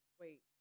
Wait